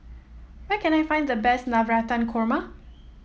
where can I find the best Navratan Korma